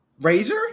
razor